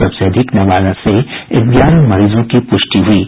सबसे अधिक नवादा से ग्यारह मरीजों की पुष्टि हुई है